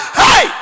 hey